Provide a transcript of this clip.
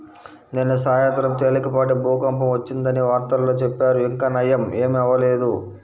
నిన్న సాయంత్రం తేలికపాటి భూకంపం వచ్చిందని వార్తల్లో చెప్పారు, ఇంకా నయ్యం ఏమీ అవ్వలేదు